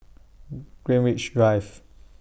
Greenwich Drive